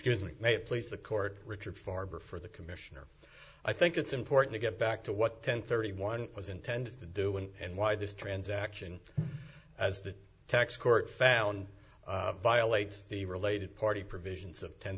it please the court richard farber for the commissioner i think it's important to get back to what ten thirty one was intended to do and why this transaction as the tax court found violates the related party provisions of ten